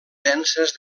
denses